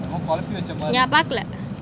நா பாக்கல:na pakala